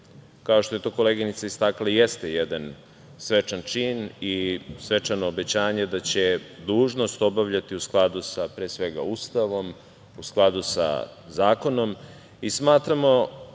kao što je to koleginica istakla, jeste jedan svečan čin i svečano obećanje da će dužnost obavljati u skladu sa Ustavom, u skladu sa zakonom. Smatramo